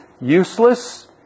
useless